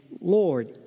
Lord